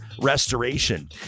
Restoration